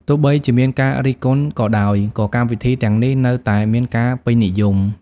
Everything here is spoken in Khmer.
ទោះបីជាមានការរិះគន់ក៏ដោយក៏កម្មវិធីទាំងនេះនៅតែមានការពេញនិយម។